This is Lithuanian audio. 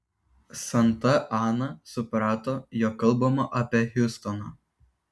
santa ana suprato jog kalbama apie hiustoną